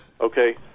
Okay